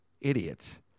idiots